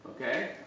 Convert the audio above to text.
Okay